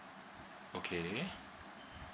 okay